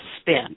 spin